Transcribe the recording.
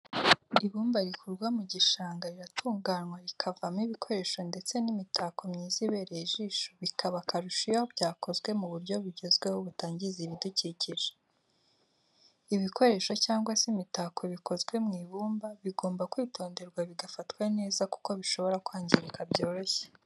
Ibumba rikurwa mu gishanga riratunganywa rikavamo ibikoresho ndetse n'imitako myiza ibereye ijisho bikaba akarusho iyo byakozwe mu buryo bugezweho butangiza ibidukikije. ibikoresho cyangwa se imitako bikozwe mu ibumba bigomba kwitonderwa bigafatwa neza kuko bishobora kwangirika byoroshye.